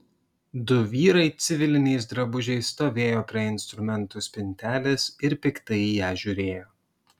du vyrai civiliniais drabužiais stovėjo prie instrumentų spintelės ir piktai į ją žiūrėjo